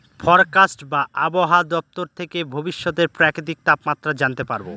forecast বা আবহাওয়া দপ্তর থেকে ভবিষ্যতের প্রাকৃতিক তাপমাত্রা জানতে পারবো